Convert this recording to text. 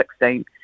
16